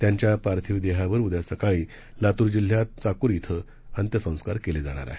त्यांच्या पार्थिव देहावर उद्या सकाळी लातूर जिल्ह्यात चाकूर इथं अंत्यसंस्कार केले जाणार आहेत